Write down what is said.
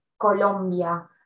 Colombia